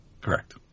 Correct